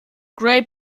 gray